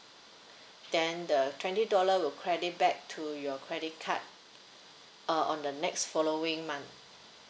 then the twenty dollar will credit back to your credit card uh on the next following month